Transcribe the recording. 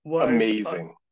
Amazing